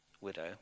widow